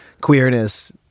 queerness